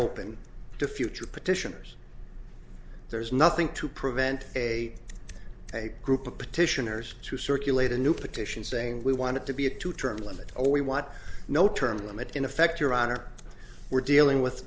open to future petitioners there's nothing to prevent a hate group of petitioners to circulate a new petition saying we want to be a two term limit or we want no term limit in effect your honor we're dealing with